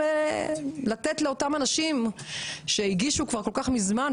כדי לתת לאותם אנשים שהגישו כבר כל כך מזמן.